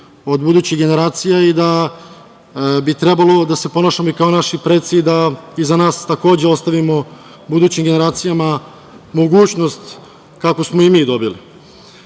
od budućih generacija i da bi trebalo da se ponašamo kao naši preci da iza nas takođe ostavimo budućim generacijama mogućnost kakvu smo i mi